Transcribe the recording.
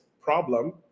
problem